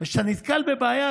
וכשאתה נתקל בבעיה,